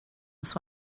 nos